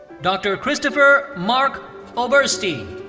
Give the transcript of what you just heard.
dr. christopher marc oberste.